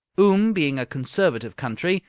oom being a conservative country,